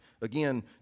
again